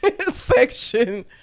section